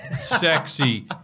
Sexy